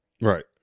Right